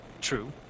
True